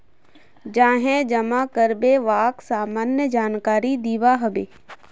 जाहें जमा कारबे वाक सामान्य जानकारी दिबा हबे